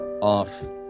off